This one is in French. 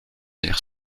dire